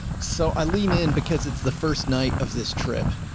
so i lean in, because it's the first night of this trip.